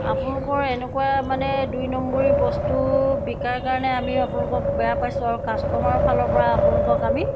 আপোনালোকৰ এনেকুৱা মানে দুই নম্বৰী বস্তু বিকাৰ কাৰণে আমি আপোনালোকক বেয়া পাইছোঁ আৰু কাষ্টমাৰৰ ফালৰ পৰা আপোনালোকক আমি